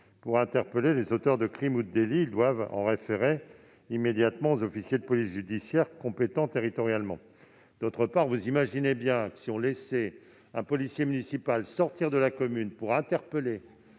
pour interpeller les auteurs de crime ou de délit. Ils doivent en référer immédiatement aux officiers de police judiciaire compétents territorialement. D'autre part, vous l'imaginez aisément, si on laissait un policier municipal sortir de sa commune pour interpeller